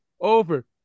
over